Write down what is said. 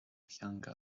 theanga